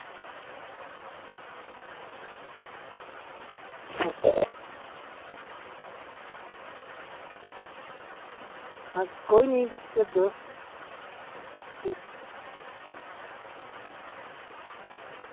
कोई निं तुस भेजो